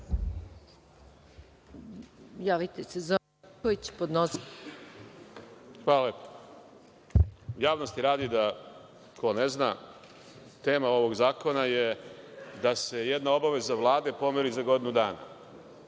Hvala lepo. Javnosti radi, ko ne zna, tema ovog zakona je da se jedna obaveza Vlade pomeri za godinu dana,